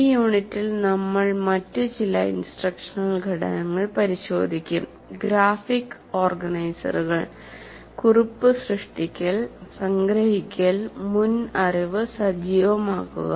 ഈ യൂണിറ്റിൽ നമ്മൾ മറ്റുചില ഇൻസ്ട്രക്ഷണൽ ഘടകങ്ങൾ പരിശോധിക്കും ഗ്രാഫിക് ഓർഗനൈസറുകൾ കുറിപ്പ് സൃഷ്ടിക്കൽ സംഗ്രഹിക്കൽ മുൻ അറിവ് സജീവമാക്കുക